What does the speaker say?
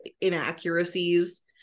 inaccuracies